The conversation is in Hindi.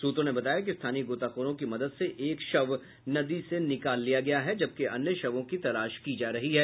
सूत्रों ने बताया कि स्थानीय गोताखोरों की मदद से एक शव नदी से निकाल लिया गया है जबकि अन्य शवों की तलाश की जा रही है